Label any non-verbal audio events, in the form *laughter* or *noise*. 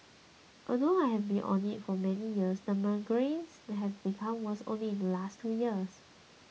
although I have been on it for many years the migraines have become worse only in the last two years *noise*